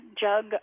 jug